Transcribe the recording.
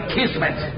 Kismet